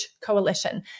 Coalition